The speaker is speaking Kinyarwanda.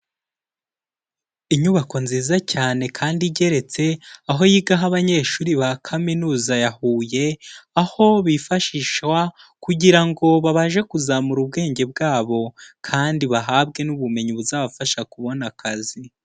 Inyubako nziza cyane kandi igeretse, aho yigaho abanyeshuri ba Kaminuza ya Huye, aho bifashishwa kugira ngo babashe kuzamura ubwenge bwabo, kandi bahabwe n'ubumenyi buzabafasha kubona akazi.